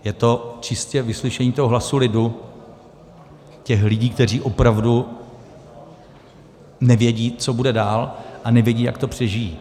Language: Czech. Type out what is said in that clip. Je to čistě vyslyšení toho hlasu lidu, těch lidí, kteří opravdu nevědí, co bude dál, a nevědí, jak to přežijí.